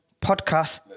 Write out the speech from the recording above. podcast